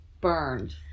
burned